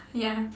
ya